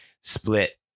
split